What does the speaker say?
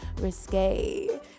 risque